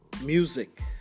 music